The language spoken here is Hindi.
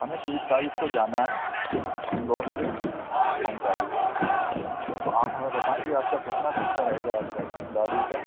हमें तीस तारीख़ को जाना है इंदौर से ओंकारेश्वर तो आप हमें बताएँ कि आपका कितना ख़र्च रहेगा आपकी गाड़ी का